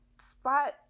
spot